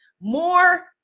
more